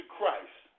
Christ